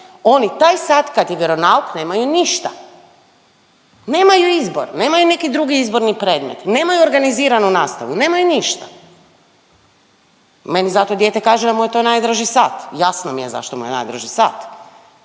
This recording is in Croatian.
oni taj sat kad je vjeronauk nemaju ništa. Nemaju izbor, nemaju neki drugi izborni predmet, nemaju organiziranu nastavu, nemaju ništa. Meni zato dijete kaže da mu je to najdraži sat, jasno mi je zašto mu je najdraži sat